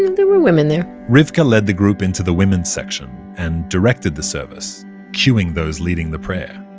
there were women there rivka led the group into the women's section, and directed the service cueing those leading the prayer.